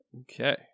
Okay